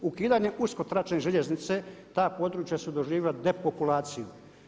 Ukidanjem uskotračne željeznice ta područja su doživjela depopulaciju.